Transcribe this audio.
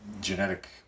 genetic